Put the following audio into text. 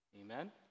Amen